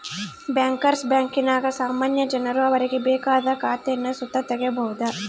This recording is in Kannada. ಬ್ಯಾಂಕರ್ಸ್ ಬ್ಯಾಂಕಿನಾಗ ಸಾಮಾನ್ಯ ಜನರು ಅವರಿಗೆ ಬೇಕಾದ ಖಾತೇನ ಸುತ ತಗೀಬೋದು